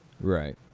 Right